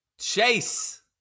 Chase